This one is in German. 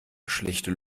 schlechte